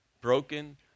broken